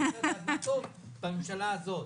אני רוצה לדעת מה טוב בממשלה הזאת.